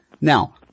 Now